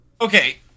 okay